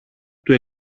του